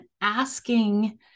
asking